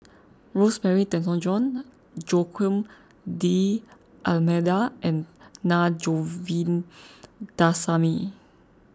Rosemary Tessensohn Joaquim D'Almeida and Na Govindasamy